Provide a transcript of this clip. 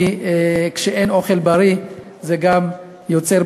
כי כשאין אוכל בריא זה גם יוצר,